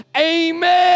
amen